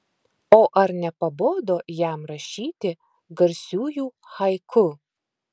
o ar nepabodo jam rašyti garsiųjų haiku